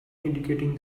indicating